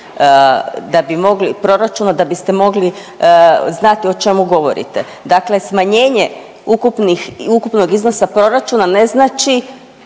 da bi mogli, proračuna da biste mogli znati o čemu govorite. Dakle, smanjene ukupnih, ukupnog iznosa proračuna ne znači,